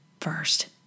first